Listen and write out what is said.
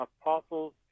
apostles